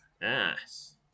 Yes